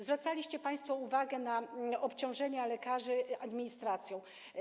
Zwracaliście państwo uwagę na obciążenia lekarzy administracją.